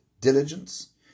diligence